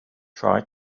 try